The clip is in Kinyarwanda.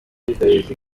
ibi